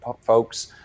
folks